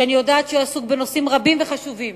שאני יודעת שהוא עסוק בנושאים רבים וחשובים,